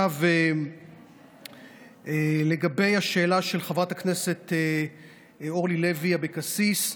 עכשיו לגבי השאלה של חברת הכנסת אורלי לוי אבקסיס,